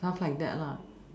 sounds like that lah